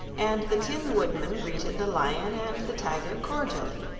and the tin woodman greeted the lion and the tiger cordially.